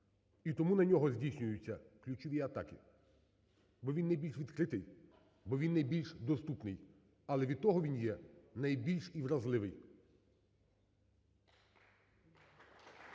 І тому на нього здійснюються ключові атаки, бо він найбільш відкритий і найбільш доступний, але від того він є найбільш і вразливий.